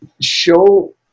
show